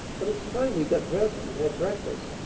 but it's time we got dressed and had breakfast.